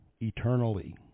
eternally